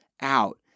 out